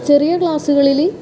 ചെറിയ ക്ലാസ്സുകളിൽ